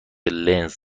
لنز